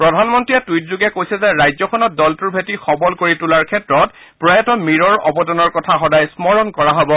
প্ৰধানমন্ত্ৰীয়ে টুইট যোগে কৈছে যে ৰাজ্যখনত দলটোৰ ভেটি সবল কৰি তোলাৰ ক্ষেত্ৰত প্ৰয়াত মীৰৰ অৱদানৰ কথা সদায় স্মৰণ কৰা হ'ব